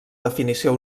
definició